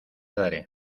daré